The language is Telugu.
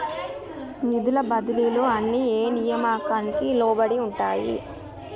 నిధుల బదిలీలు అన్ని ఏ నియామకానికి లోబడి ఉంటాయి?